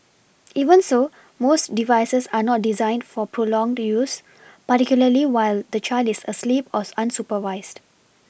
even so most devices are not designed for prolonged use particularly while the child is asleep or unsupervised